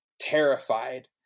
terrified